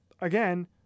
again